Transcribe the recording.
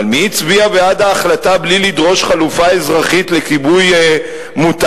אבל מי הצביע בעד ההחלטה בלי לדרוש חלופה אזרחית לכיבוי מוטס?